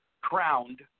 crowned